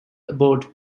aboard